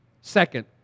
Second